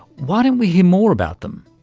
why don't we hear more about them?